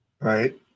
Right